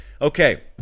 Okay